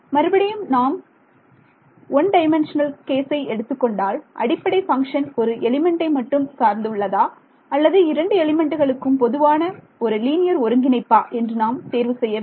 மறுபடியும் நாம் 1D கேசை எடுத்துக்கொண்டால் அடிப்படை பங்க்ஷன் ஒரு எலிமெண்ட்டை மட்டும் சார்ந்து உள்ளதா அல்லது 2 எலிமெண்ட்டுகளுக்கும் பொதுவான ஒரு லீனியர் ஒருங்கிணைப்பா என்று நாம் தேர்வு செய்ய வேண்டும்